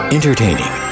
Entertaining